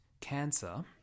cancer